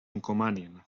encomanin